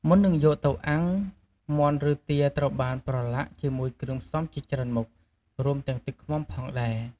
មុននឹងយកទៅអាំង មាន់ឬទាត្រូវបានប្រឡាក់ជាមួយគ្រឿងផ្សំជាច្រើនមុខ រួមទាំងទឹកឃ្មុំផងដែរ។